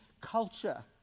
culture